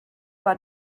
war